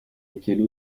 étaient